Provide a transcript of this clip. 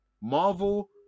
Marvel